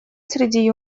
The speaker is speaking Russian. среди